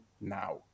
now